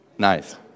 Nice